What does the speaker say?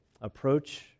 approach